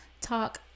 talk